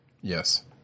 Yes